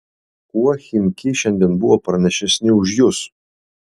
kuo chimki šiandien buvo pranašesni už jus